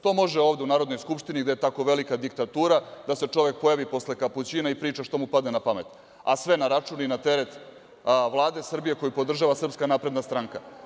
To može ovde u Narodnoj skupštini gde je tako velika diktatura, da se čovek pojavi posle kapućina i priča šta mu padne na pamet, a sve na račun i na teret Vlade Srbije koju podržava SNS.